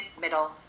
middle